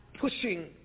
pushing